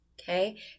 okay